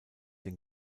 den